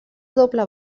doble